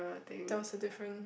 that was a different